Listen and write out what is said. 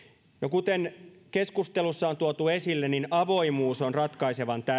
kuten keskustelussa on tuotu esille avoimuus on ratkaisevan tärkeää